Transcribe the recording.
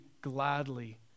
gladly